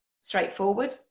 straightforward